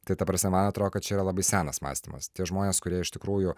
tai ta prasme man atrodo kad čia yra labai senas mąstymas tie žmonės kurie iš tikrųjų